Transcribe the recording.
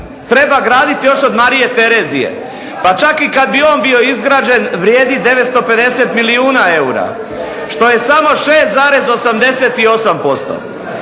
treba graditi još od Marije Terezije. Pa čak i kad bi on bio izgrađen vrijedi 950 milijuna eura što je samo 6,88%.